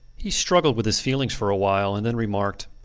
he struggled with his feelings for a while, and then remarked,